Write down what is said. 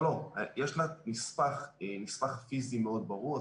לא, לא, יש לה נספח פיזי מאוד ברור.